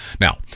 now